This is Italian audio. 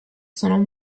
sono